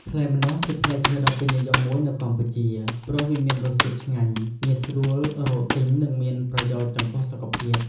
ផ្លែម្នាស់ ជាផ្លែឈើដ៏ពេញនិយមមួយនៅកម្ពុជា ព្រោះវាមានរសជាតិឆ្ងាញ់ ងាយស្រួលរកទិញ និងមានប្រយោជន៍ចំពោះសុខភាព។